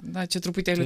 na čia truputėlį